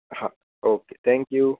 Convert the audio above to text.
હા okay thank you